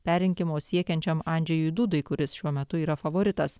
perrinkimo siekiančiam andžejui dudai kuris šiuo metu yra favoritas